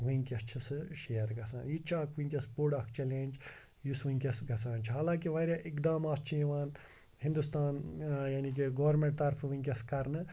وٕنکٮ۪س چھِ سُہ شِیر گَژھان یہِ تہِ چھُ اَکھ وٕنکٮ۪س بوٚڑ اَکھ چلینٛج یُس وٕنکٮ۪س گَژھان چھُ حالانٛکہِ واریاہ اِقدامات چھِ یِوان ہِندوستان یعنی کہِ گورمٮ۪نٹ طرفہٕ وٕنکٮ۪س کَرنہٕ